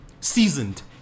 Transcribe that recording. seasoned